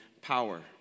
power